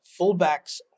fullbacks